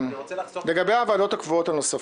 לגבי הוועדות הקבועות הנוספות,